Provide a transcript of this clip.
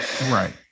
right